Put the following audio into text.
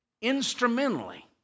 instrumentally